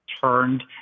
turned